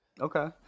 Okay